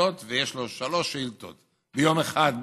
שאילתות ויש לו שלוש שאילתות ביום אחד,